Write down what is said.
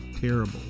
terrible